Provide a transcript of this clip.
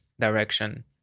direction